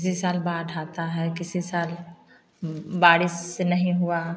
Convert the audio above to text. किसी साल बाढ़ आता है किसी साल बारिश से नहीं हुआ